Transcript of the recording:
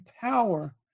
power